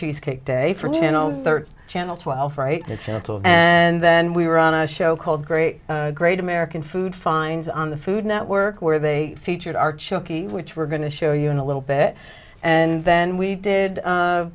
cheesecake day from you know channel twelve right dismantled and then we were on a show called great great american food fines on the food network where they featured our choky which we're going to show you in a little bit and then we did